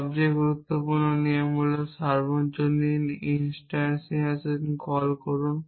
সবচেয়ে গুরুত্বপূর্ণ নিয়ম হল সার্বজনীন ইনস্ট্যান্টিয়েশন কল করুন